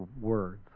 words